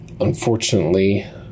unfortunately